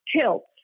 tilts